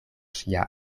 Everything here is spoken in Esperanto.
ŝia